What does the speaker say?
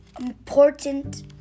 important